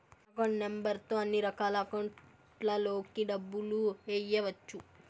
account number తో అన్నిరకాల అకౌంట్లలోకి డబ్బులు ఎయ్యవచ్చు